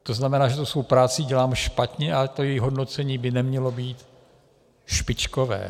To znamená, že svou práci dělám špatně a její hodnocení by nemělo být špičkové.